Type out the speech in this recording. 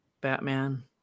Batman